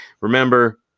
Remember